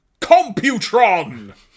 Computron